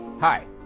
Hi